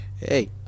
Hey